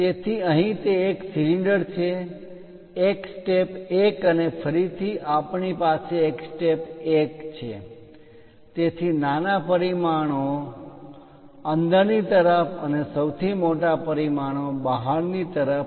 તેથી અહીં તે એક સિલિન્ડર છે એક સ્ટેપ 1 અને ફરીથી આપણી પાસે એક સ્ટેપ 1 છે તેથી નાના પરિમાણો અંદરની તરફ અને સૌથી મોટા પરિમાણો બહારની તરફ